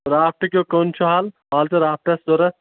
راتھ نہٕ کینٛہہ کٔنۍ چھُ حال حال چھُ راتھ تانۍ ضروٗرت